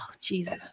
Jesus